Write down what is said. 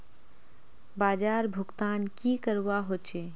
बाजार भुगतान की करवा होचे?